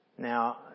Now